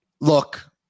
Look